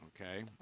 okay